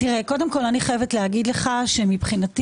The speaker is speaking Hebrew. אני חייבת להגיד לך שמבחינתי,